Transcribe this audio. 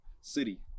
city